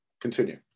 Continue